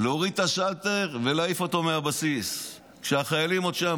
להוריד את השאלטר ולהעיף אותו מהבסיס כשהחיילים עוד שם.